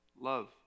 love